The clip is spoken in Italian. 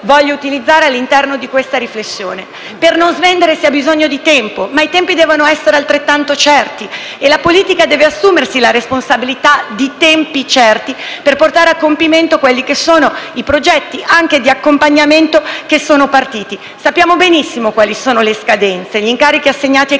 vorrei utilizzare nella mia riflessione. Per non svendere c'è bisogno di tempo, ma i tempi devono essere certi e la politica deve assumersi la responsabilità di tempi certi per portare a compimento anche i progetti di accompagnamento già avviati. Sappiamo benissimo quali sono le scadenze. Gli incarichi assegnati ai